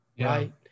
right